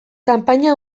kanpaina